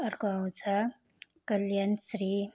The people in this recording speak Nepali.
अर्को आउँछ कल्याणश्री